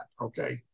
okay